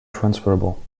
transferable